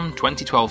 2012